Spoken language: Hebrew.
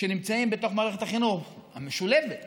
שנמצאים בתוך מערכת החינוך המשולבת,